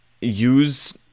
use